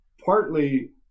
partly